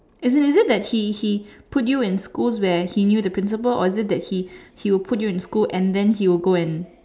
is it is it that he he put you in schools where he knew the principal or is it that he he'll put you in school and then he'll go and